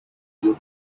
you